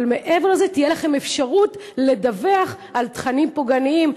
אבל מעבר לזה תהיה לכם אפשרות לדווח על תכנים פוגעניים,